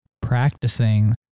practicing